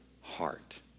heart